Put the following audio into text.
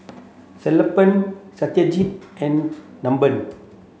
Sellapan Satyajit and